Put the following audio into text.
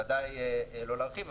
ודאי לא להרחיב.